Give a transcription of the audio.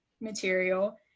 material